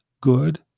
good